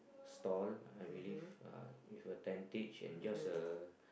stall I believe uh with a tentage and just a